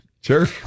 Sure